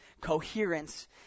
coherence